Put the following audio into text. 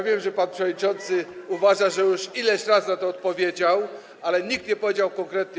Wiem, że pan przewodniczący uważa, że już ileś razy na to odpowiedział, ale nikt nie powiedział konkretnie.